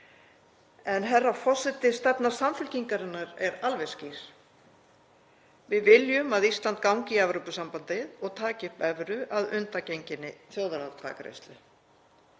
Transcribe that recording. Herra forseti. Stefna Samfylkingarinnar er alveg skýr. Við viljum að Ísland gangi í Evrópusambandið og taki upp evru að undangenginni þjóðaratkvæðagreiðslu.